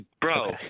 Bro